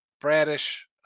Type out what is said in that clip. Bradish